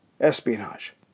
Espionage